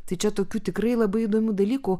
tai čia tokių tikrai labai įdomių dalykų